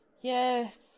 yes